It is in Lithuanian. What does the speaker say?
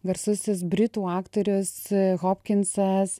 garsusis britų aktorius hopkinsas